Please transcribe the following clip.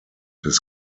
his